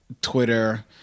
Twitter